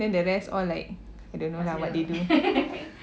then the rest all like I don't know lah what they do